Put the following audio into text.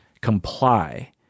comply